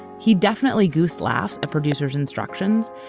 he definitely goosed laughs at producer's instructions,